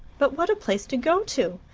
but what a place to go to!